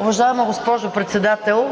Уважаема госпожо Председател,